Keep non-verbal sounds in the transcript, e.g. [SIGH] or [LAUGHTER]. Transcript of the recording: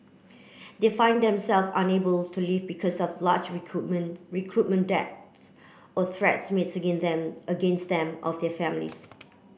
they find themself unable to leave because of large recruitment recruitment debts or threats [UNINTELLIGIBLE] them against them of their families